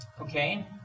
Okay